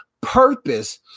purpose